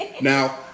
Now